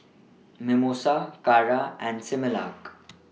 Mimosa Kara and Similac